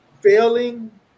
failing